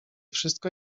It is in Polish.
wszystko